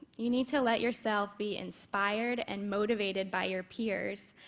you need to let yourself be inspired and motivated by your peers,